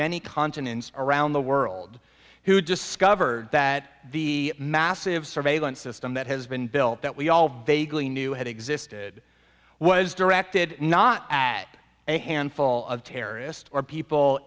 many continents around the world who discover that the massive surveillance system that has been built that we all vaguely knew had existed was directed not at a handful of terrorists or people